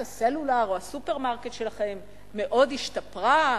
הסלולר או הסופרמרקט שלכם מאוד השתפרה?